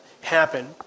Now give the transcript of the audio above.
happen